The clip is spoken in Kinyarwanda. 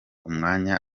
umwanya